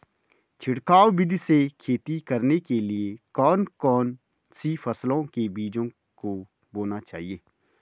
छिड़काव विधि से खेती करने के लिए कौन कौन सी फसलों के बीजों को बोना चाहिए?